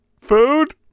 Food